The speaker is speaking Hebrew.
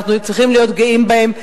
אנחנו צריכים להיות גאים בהם,